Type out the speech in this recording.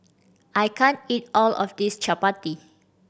I can't eat all of this Chapati